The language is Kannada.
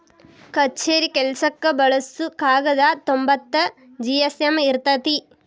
ಕಛೇರಿ ಕೆಲಸಕ್ಕ ಬಳಸು ಕಾಗದಾ ತೊಂಬತ್ತ ಜಿ.ಎಸ್.ಎಮ್ ಇರತತಿ